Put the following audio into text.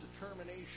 determination